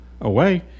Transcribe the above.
Away